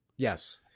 Yes